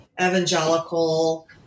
evangelical